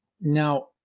now